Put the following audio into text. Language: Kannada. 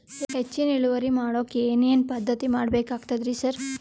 ಹೆಚ್ಚಿನ್ ಇಳುವರಿ ಮಾಡೋಕ್ ಏನ್ ಏನ್ ಪದ್ಧತಿ ಮಾಡಬೇಕಾಗ್ತದ್ರಿ ಸರ್?